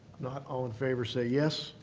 not, all in favor say yes.